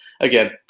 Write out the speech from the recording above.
again